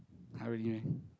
!huh! really meh